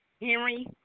Henry